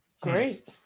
Great